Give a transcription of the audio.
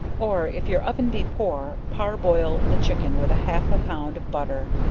or if your oven be poor, parboil, the chickens with half a pound of butter,